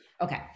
Okay